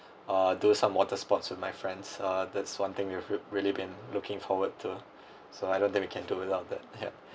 uh do some water sports with my friends uh that's one thing we've real~ really been looking forward to so I don't think we can do without that help